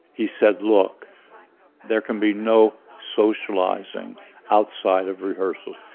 he said look there can be no socializing outside of rehearsal.